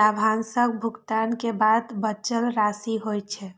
लाभांशक भुगतान के बाद बचल राशि होइ छै